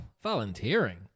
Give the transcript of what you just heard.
volunteering